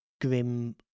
grim